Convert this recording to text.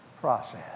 process